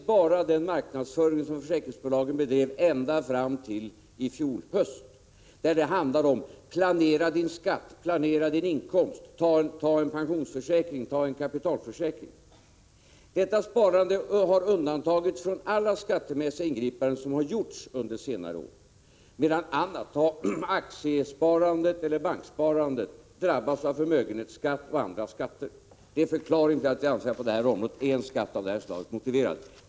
Ta bara del av den marknadsföring som försäkringsbolagen bedrev ända fram till i fjol höst. Där handlar det om att planera sin skatt, planera sin inkomst, att ta en pensionseller en kapitalförsäkring. Detta sparande har undantagits från alla skattemässiga ingripanden som gjorts under senare år. Annat sparande, aktiesparande och banksparande, drabbas av förmögenhetsskatt och andra skatter. Detta är förklaringen till att en engångsskatt på detta område är motiverad.